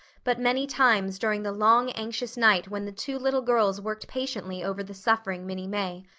but many times during the long, anxious night when the two little girls worked patiently over the suffering minnie may,